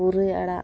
ᱯᱩᱨᱟᱹᱭ ᱟᱲᱟᱜ